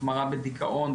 החמרה בדיכאון,